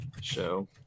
show